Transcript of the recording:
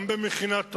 גם במכינת רבין,